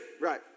Right